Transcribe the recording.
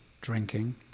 drinking